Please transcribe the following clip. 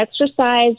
exercise